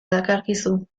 dakarkizu